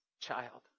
child